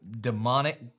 demonic